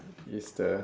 it's the